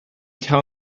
tell